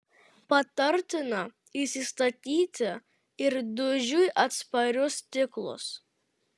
patartina įsistatyti ir dūžiui atsparius stiklus